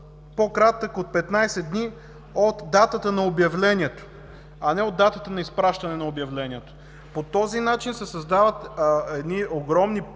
„по-кратък от 15 дни от датата на обявлението”, а не от „датата на изпращане на обявлението”. По този начин се създават едни огромни